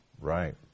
Right